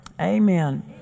Amen